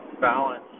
balance